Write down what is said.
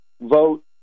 vote